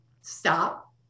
stop